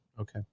okay